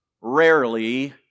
rarely